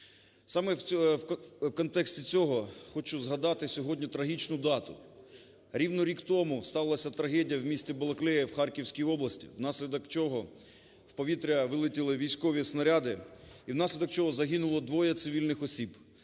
Саме в контексті цього хочу згадати сьогодні трагічну дату. Рівно рік тому сталась трагедія в місті Балаклея в Харківській області, внаслідок чого в повітря вилетіли військові снаряди і внаслідок чого загинуло двоє цивільних осіб,